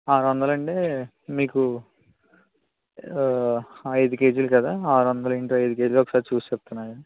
ఆరు వందలంటే మీకు ఐదు కేజీలు కదా ఆరు వందలు ఇంటు ఐదు కేజీలు ఒకసారి చూసి చెప్తాను ఆగండి